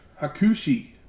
Hakushi